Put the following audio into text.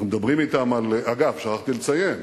אנחנו מדברים אתם, אגב, שכחתי לציין: